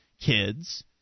kids